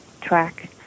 track